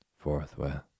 Forthwith